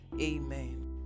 Amen